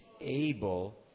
able